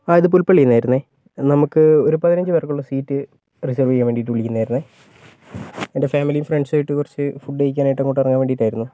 ആ ഇത് പുൽപ്പള്ളിയിൽനിന്ന് ആയിരുന്നു നമുക്ക് ഒരു പതിനഞ്ച് പേർക്കുള്ള സീറ്റ് റിസർവ് ചെയ്യാൻ വേണ്ടിയിട്ട് വിളിക്കുന്നതായിരുന്നു എൻ്റെ ഫാമിലിയും ഫ്രണ്ട്സും ആയിട്ട് കുറച്ച് ഫുഡ് കഴിക്കാനായിട്ട് അങ്ങോട്ട് ഇറങ്ങാൻ വേണ്ടിയിട്ടായിരുന്നു